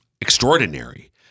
extraordinary